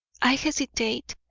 i hesitate,